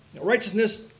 righteousness